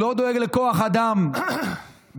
לא דואג לכוח אדם בצבא,